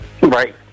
Right